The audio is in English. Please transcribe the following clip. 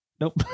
Nope